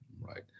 right